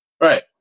Right